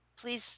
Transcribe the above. please